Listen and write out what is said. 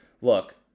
look